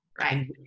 right